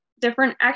different